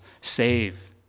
save